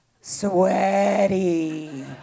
sweaty